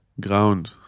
ground